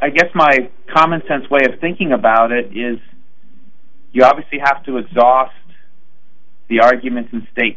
i guess my common sense way of thinking about it is you obviously have to exhaust the argument in state